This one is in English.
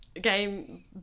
Game